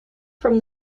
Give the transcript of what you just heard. from